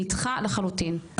נדחה לחלוטין,